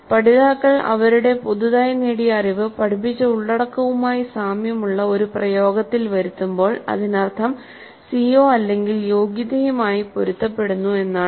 പഠിതാക്കൾ അവരുടെ പുതുതായി നേടിയ അറിവ് പഠിപ്പിച്ച ഉള്ളടക്കവുമായി സാമ്യമുള്ള ഒരു പ്രയോഗത്തിൽ വരുത്തുമ്പോൾ അതിനർത്ഥം CO അല്ലെങ്കിൽ യോഗ്യതയുമായി പൊരുത്തപ്പെടുന്നു എന്നാണ്